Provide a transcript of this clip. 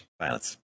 violence